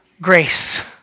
Grace